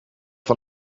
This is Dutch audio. van